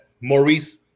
Maurice